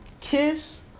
Kiss